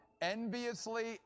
enviously